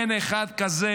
אין אחד כזה